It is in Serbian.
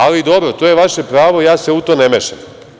Ali, dobro, to je vaše pravo, ja se u to ne mešam.